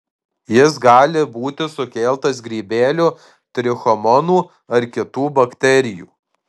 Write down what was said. jis gali būti sukeltas grybelio trichomonų ar kitų bakterijų